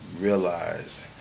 realize